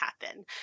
happen